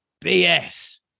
BS